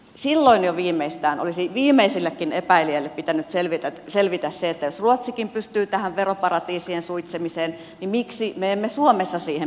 silloin jo viimeistään olisi viimeisellekin epäilijälle pitänyt selvitä että jos ruotsikin pystyy tähän veroparatiisien suitsimiseen niin miksi me emme suomessa siihen pystyisi